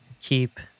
keep